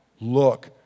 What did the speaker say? look